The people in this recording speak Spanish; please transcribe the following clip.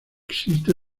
existe